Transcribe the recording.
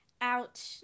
out